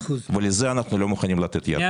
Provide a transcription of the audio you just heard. כשלזה אנחנו לא מוכנים לתת יד.